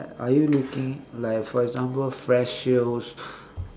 are you looking like for example flash sales